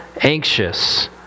anxious